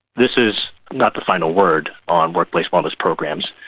this is not the final word on workplace wellness programs,